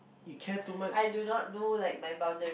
you care too much